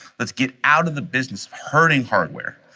let's get out of the business for herding hardware.